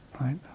right